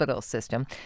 system